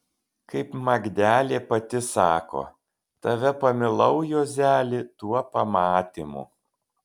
kaip magdelė pati sako tave pamilau juozeli tuo pamatymu